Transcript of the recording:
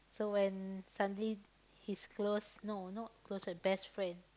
so when suddenly his close no not close friend best friend